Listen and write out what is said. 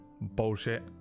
bullshit